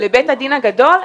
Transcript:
לבית הדין הגדול אין.